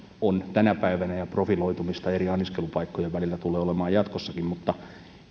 on tänä päivänä ja profiloitumista eri anniskelupaikkojen välillä tulee olemaan jatkossakin mutta